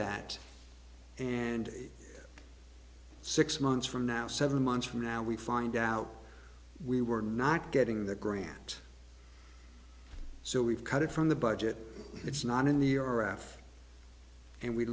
that and six months from now seven months from now we find out we were not getting the grant so we've cut it from the budget it's not in the or after and we